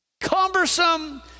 cumbersome